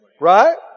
Right